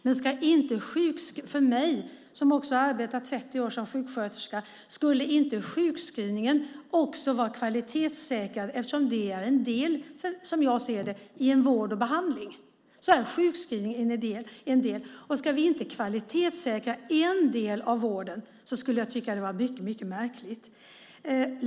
Men för mig, som också arbetat 30 år som sjuksköterska: Skulle inte sjukskrivningen också vara kvalitetssäkrad eftersom det, som jag ser det, är en del av vård och behandling? Ska vi inte kvalitetssäkra en del av vården så skulle jag tycka att det var mycket märkligt.